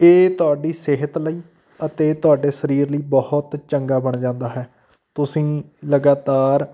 ਇਹ ਤੁਹਾਡੀ ਸਿਹਤ ਲਈ ਅਤੇ ਤੁਹਾਡੇ ਸਰੀਰ ਲਈ ਬਹੁਤ ਚੰਗਾ ਬਣ ਜਾਂਦਾ ਹੈ ਤੁਸੀਂ ਲਗਾਤਾਰ